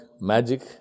magic